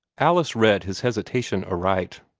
alice read his hesitation aright.